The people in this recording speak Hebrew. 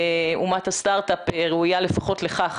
אומת הסטארט-אפ ראויה לפחות לכך,